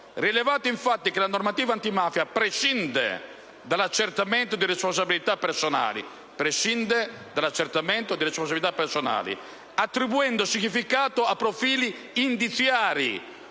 rilevato infatti, che la normativa antimafia prescinde dall'accertamento di responsabilità penali, attribuendo significato a profili indiziari,